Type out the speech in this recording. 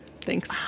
thanks